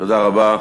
תודה רבה.